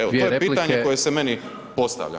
Evo to je pitanje koje se meni postavlja.